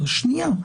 אפליה להכרה,